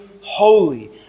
holy